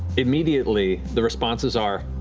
immediately, the responses are,